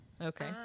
Okay